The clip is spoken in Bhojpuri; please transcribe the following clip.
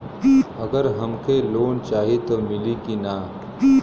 अगर हमके लोन चाही त मिली की ना?